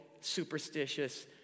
superstitious